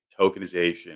tokenization